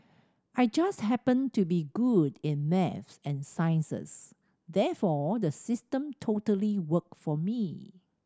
I just happened to be good in maths and sciences therefore the system totally worked for me